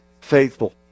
faithful